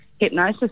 hypnosis